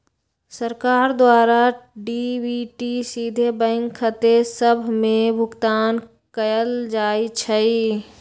सरकार द्वारा डी.बी.टी सीधे बैंक खते सभ में भुगतान कयल जाइ छइ